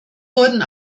wurden